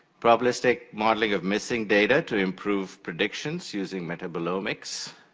probabilistic modeling of missing data to improve predictions using metabolomics,